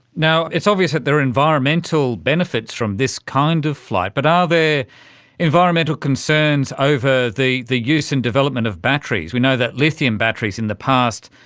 now, it's obvious that there are environmental benefits from this kind of flight, but are there environmental concerns over the the use and development of batteries? we know that lithium batteries in the past,